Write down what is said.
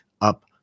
up